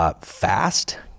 fast